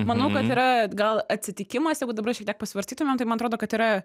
manau kad yra gal atsitikimas jeigu dabar šiek tiek pasvarstytumėm tai man atrodo kad yra